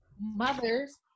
mothers